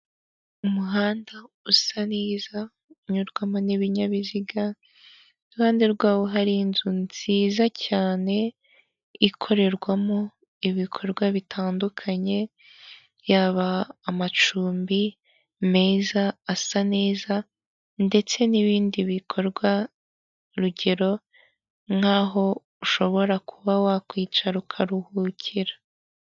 Ikigo saniramu gifasha abakigana mu bwishingizi ndetse no gushinganisha ibyabo.